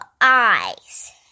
eyes